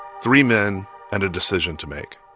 three men and a decision to make.